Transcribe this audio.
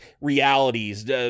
realities